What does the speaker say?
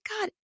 God